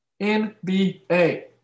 NBA